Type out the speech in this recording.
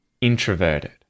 introverted